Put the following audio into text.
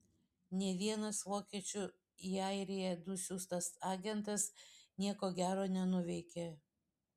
nė vienas vokiečių į airiją nusiųstas agentas nieko gero nenuveikė